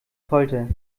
folter